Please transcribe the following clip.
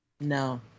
no